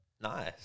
Nice